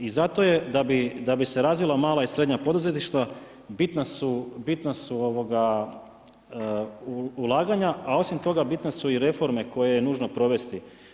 I zato je da bise razvila mala i srednja poduzetništva, bitna su ulaganja a osim toga bitne su i reforme koje je nužno provesti.